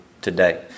today